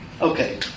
Okay